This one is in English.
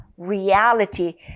Reality